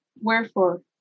Wherefore